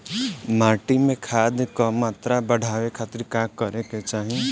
माटी में खाद क मात्रा बढ़ावे खातिर का करे के चाहीं?